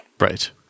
Right